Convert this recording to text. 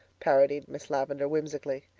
parodied miss lavendar whimsically.